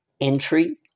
entry